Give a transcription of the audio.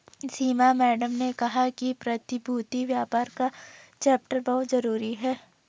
सीमा madam ने कहा कि प्रतिभूति व्यापार का चैप्टर बहुत जरूरी है